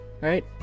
right